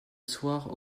soir